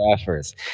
efforts